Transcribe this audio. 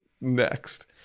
next